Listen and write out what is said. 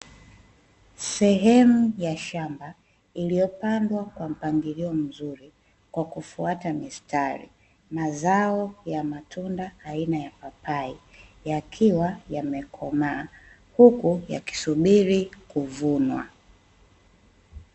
Sehemu ya shamba iliyopandwa kwa mpangilio mzuri kwa kufuata mistari. Mazao ya matunda aina ya papai yakiwa yamekomaa, huku yakisubiri kuvunwa.